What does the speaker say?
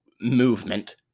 movement